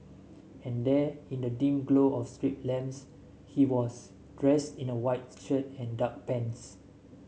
and there in the dim glow of street lamps he was dressed in a whites shirt and dark pants